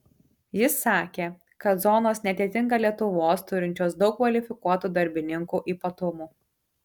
jis sakė kad zonos neatitinka lietuvos turinčios daug kvalifikuotų darbininkų ypatumų